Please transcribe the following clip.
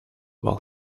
while